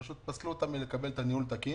פסלו אותם מלקבל את הניהול התקין.